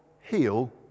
heal